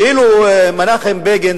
אילו מנחם בגין,